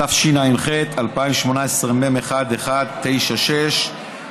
התשע"ח 2018, מ/1196.